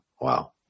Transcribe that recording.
Wow